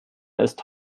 ist